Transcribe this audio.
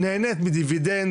היא נהנית מדיבידנדים,